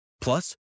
Plus